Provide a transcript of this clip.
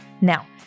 Now